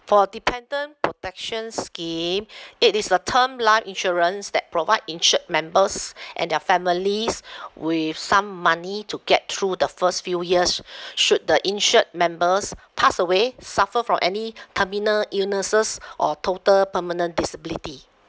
for dependant protection scheme it is a term life insurance that provide insured members and their families with some money to get through the first few years should the insured members pass away suffer from any terminal illnesses or total permanent disability